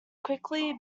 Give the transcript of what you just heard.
quickly